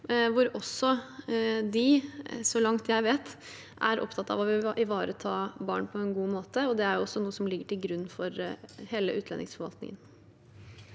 det, og at de, så langt jeg vet, er opptatt av å ivareta barn på en god måte. Det er noe som ligger til grunn for hele utlendingsforvaltningen.